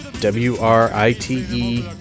W-R-I-T-E